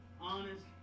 honest